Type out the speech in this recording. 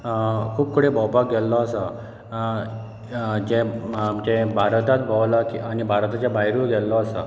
खूब कडेन भोवपाक गेल्लो आसा जे आमचे भारताक भोंवलां आनी भारताच्या भायरूय गेल्लो आसा